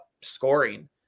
scoring